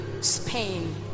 Spain